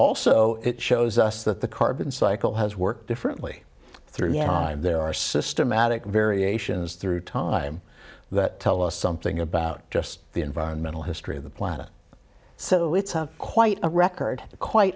also it shows us that the carbon cycle has worked differently through yeah there are systematic very it's through time that tell us something about just the environmental history of the planet so it's quite a record quite